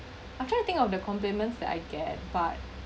I'm trying to think of the compliments that I get but